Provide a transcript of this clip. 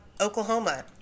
Oklahoma